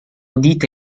dite